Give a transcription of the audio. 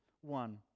one